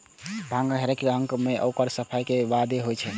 भांगक हरेक अंगक उपयोग ओकर सफाइ के बादे होइ छै